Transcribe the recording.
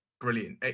brilliant